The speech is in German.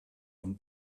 von